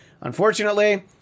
Unfortunately